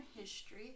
history